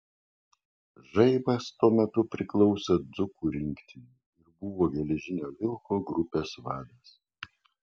žaibas tuo metu priklausė dzūkų rinktinei ir buvo geležinio vilko grupės vadas